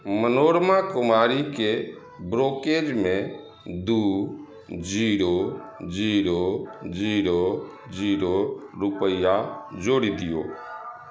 मनोरमा कुमारीके ब्रोकेजमे दू जीरो जीरो जीरो जीरो रूपैआ जोड़ि दियौ